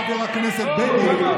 חבר הכנסת בגין,